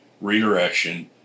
redirection